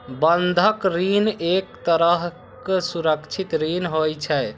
बंधक ऋण एक तरहक सुरक्षित ऋण होइ छै